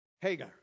Hagar